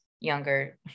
younger